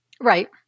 Right